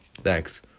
Thanks